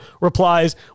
replies